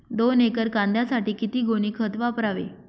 दोन एकर कांद्यासाठी किती गोणी खत वापरावे?